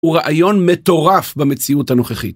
הוא רעיון מטורף במציאות הנוכחית.